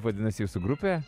vadinasi jūsų grupė